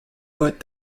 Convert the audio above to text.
but